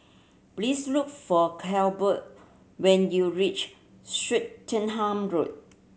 please look for Colbert when you reach Swettenham Road